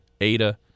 Ada